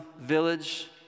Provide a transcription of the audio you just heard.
village